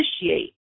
initiate